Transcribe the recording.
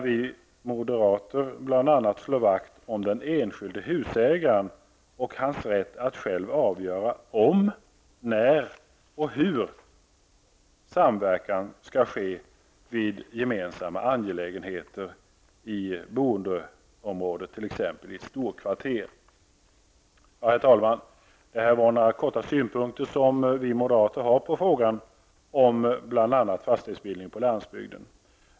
Vi moderater vill bl.a. slå vakt om den enskilde husägaren och hans rätt att själv få avgöra om, när och hur samverkan skall ske vid gemensamma angelägenheter i boendeområdet, t.ex. i ett storkvarter. Herr talman! Det här var några korta synpunkter som vi moderater har på frågan på fastighetsbildningen.